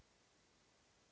Hvala